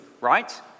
right